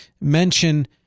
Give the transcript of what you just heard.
mention